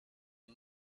est